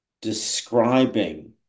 describing